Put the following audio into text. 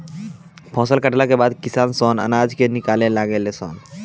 फसल कटला के बाद किसान सन अनाज के निकाले लागे ले सन